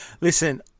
Listen